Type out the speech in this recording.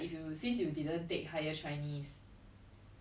!wah! this quite shag sia to think of yourself as a disappointment